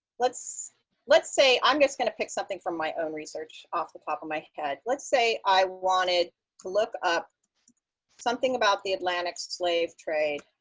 let's let's say i'm just going to pick something from my own research off the top of my head. let's say i wanted to look up something about the atlantic slave trade,